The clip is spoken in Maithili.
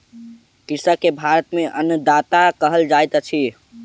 कृषक के भारत में अन्नदाता कहल जाइत अछि